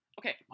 Okay